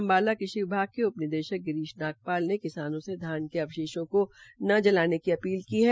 अम्बाला कृषि विभाग के उपनिदेशक गिरीश नागपाल ने किसानों से उधर धान के अवशेषों को ना जलाने की अपील की है